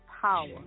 power